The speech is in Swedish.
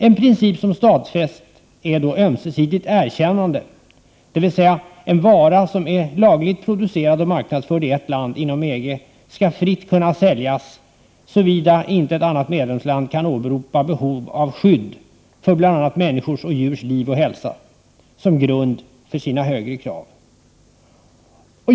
En princip som har stadfästs gäller ömsesidigt erkännande, dvs. en vara som är lagligt producerad och marknadsförd i ett land inom EG skall fritt kunna säljas, såvida inte ett annat medlemsland kan åberopa behov av skydd för bl.a. människors och djurs liv och hälsa som grund för sina högre krav.